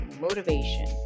motivation